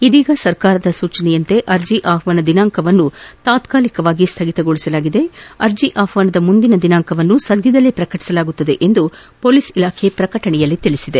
ಇದೀಗ ಸರ್ಕಾರದ ಸೂಚನೆಯಂತೆ ಅರ್ಜಿ ಆಹ್ವಾನ ದಿನಾಂಕವನ್ನು ತಾತ್ಕಾಲಿಕವಾಗಿ ಸ್ಥಗಿತಗೊಳಿಸಿದೆ ಅರ್ಜಿ ಆಹ್ವಾನದ ಮುಂದಿನ ದಿನಾಂಕವನ್ನು ಸದ್ಯದಲ್ಲೇ ಪ್ರಕಟಿಸಲಾಗುವುದು ಎಂದು ಪೊಲೀಸ್ ಇಲಾಖೆ ಪ್ರಕಟಣೆಯಲ್ಲಿ ತಿಳಿಸಿದೆ